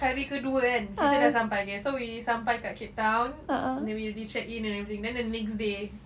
hari kedua kan kita dah sampai okay so we sampai kat cape town then we already checked in and everything then the next day